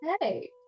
Hey